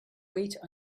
wait